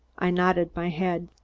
i nodded my head.